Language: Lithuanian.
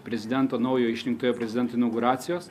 prezidento naujo išrinktojo prezidento inauguracijos